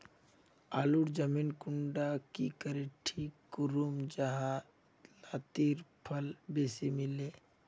आलूर जमीन कुंडा की करे ठीक करूम जाहा लात्तिर फल बेसी मिले?